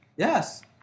Yes